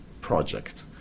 project